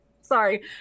Sorry